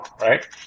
right